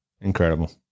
Incredible